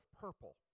purple